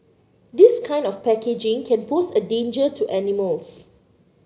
this kind of packaging can pose a danger to animals